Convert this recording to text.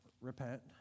repent